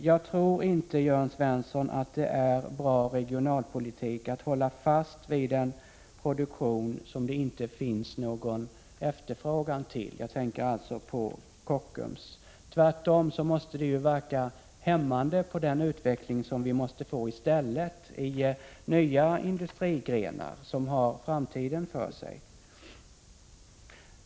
Jag tror inte, Jörn Svensson, att det är bra regionalpolitik att hålla fast vid en produktion som det inte finns någon efterfrågan på. Jag tänker alltså på Kockums. Tvärtom verkar det hämmande på den utveckling som vi måste få i nya industrigrenar som har framtiden för sig.